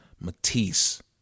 Matisse